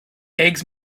eggs